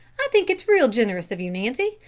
i think it's real generous of you, nancy,